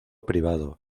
privado